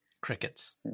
Crickets